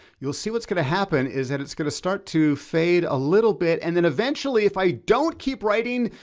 you'll see, what's gonna happen is that it's gonna start to fade a little bit. and then eventually if i don't keep writing,